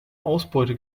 ausbeute